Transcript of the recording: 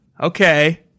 Okay